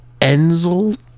Enzel